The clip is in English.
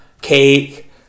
cake